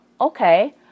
okay